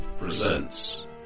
presents